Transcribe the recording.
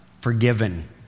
forgiven